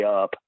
up